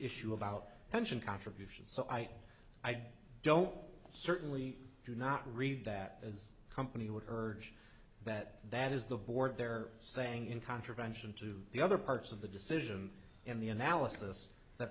issue about pension contributions so i i don't certainly do not read that as company would urge that that is the board they're saying in contravention to the other parts of the decision and the analysis that